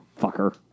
Fucker